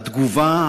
והתגובה,